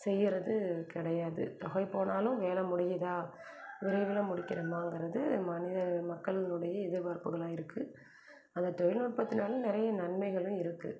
செய்யறது கிடையாது அப்படியே போனாலும் வேலை முடியுதா விரைவில் முடிக்கணுமாங்குறது மனிதர் மக்களினுடைய எதிர்பார்ப்புகளாக இருக்குது அந்த தொழிநுட்பத்தினால் நிறைய நன்மைகளும் இருக்குது